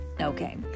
Okay